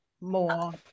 more